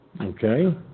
Okay